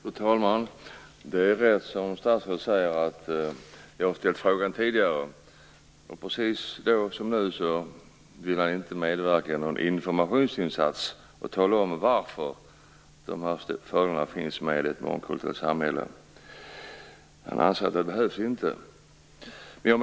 Fru talman! Det är riktigt, som statsrådet säger, att jag har ställt den här frågan tidigare. Lika litet som då vill han nu medverka till någon informationsinsats om det mångkulturella samhället. Han anser att det inte behövs.